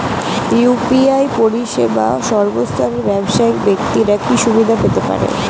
UPI পরিসেবা সর্বস্তরের ব্যাবসায়িক ব্যাক্তিরা কি সুবিধা পেতে পারে?